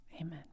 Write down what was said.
amen